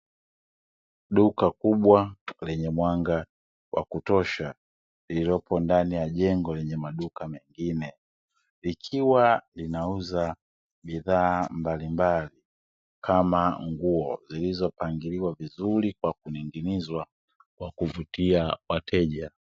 Duka kubwa lenye mwanga wa kutosha, lililopo ndani ya jengo lenye maduka mengine, likiwa linauza bidhaa mbalimbali, kama nguo zilizopangiliwa vizuri kwa kuning’inizwa, kwa kuvutia wateja.